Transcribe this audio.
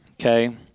okay